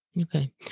Okay